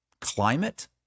climate